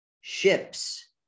ships